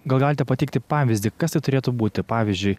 gal galite pateikti pavyzdį kas tai turėtų būti pavyzdžiui